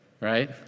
Right